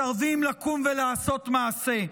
מסרבים לקום ולעשות מעשה.